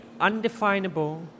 undefinable